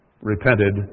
repented